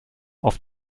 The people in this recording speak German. auf